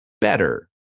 better